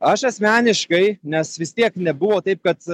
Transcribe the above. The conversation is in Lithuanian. aš asmeniškai nes vis tiek nebuvo taip kad